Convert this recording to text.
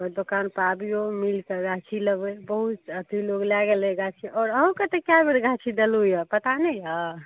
दोकान पे आबियो मिल कऽ गाछी लेबै बहुत अथी लोग लए गेलै गाछी आओर अहूँके तऽ कए बेर गाछ देलहुॅं यऽ पता नहि यऽ